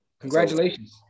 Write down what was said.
Congratulations